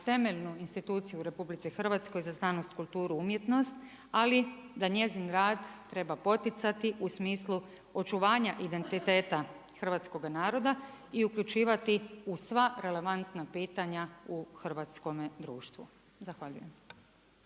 temeljnu instituciju u RH za znanost, kulturu, umjetnost, ali da njezin rad treba poticati u smislu očuvanja identiteta hrvatskoga naroda i uključivati u sva relevantna pitanja u hrvatskome društvu. Zahvaljujem.